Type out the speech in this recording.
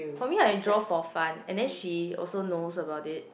for me I will draw for fun and then she also knows about it